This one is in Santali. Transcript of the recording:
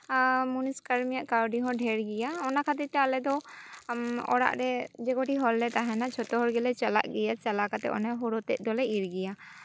ᱢᱩᱱᱤᱥ ᱠᱟᱹᱢᱤᱱᱟᱜ ᱠᱟᱹᱣᱰᱤ ᱦᱚᱸ ᱰᱷᱮᱨ ᱜᱮᱭᱟ ᱚᱱᱟ ᱠᱷᱟᱹᱛᱤᱨᱛᱮ ᱟᱞᱮᱫᱚ ᱚᱲᱟᱜ ᱨᱮ ᱡᱮ ᱠᱚᱴᱤ ᱦᱚᱲ ᱞᱮ ᱛᱟᱦᱮᱱᱟ ᱡᱷᱚᱛᱚ ᱦᱚᱲ ᱜᱮᱞᱮ ᱪᱟᱞᱟᱜ ᱜᱮᱭᱟ ᱪᱟᱞᱟᱣ ᱠᱟᱛᱮᱫ ᱚᱱᱮ ᱦᱳᱲᱳ ᱛᱮᱜ ᱫᱚᱞᱮ ᱤᱨ ᱜᱮᱭᱟ